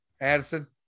Addison